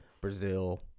Brazil